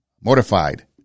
Mortified